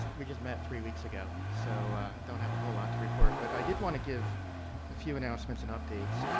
we just met three weeks ago, so i don't have a whole lot to report. but, i did want to give a few announcements and updates.